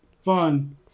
fun